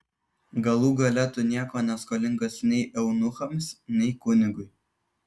galų gale tu nieko neskolingas nei eunuchams nei kunigui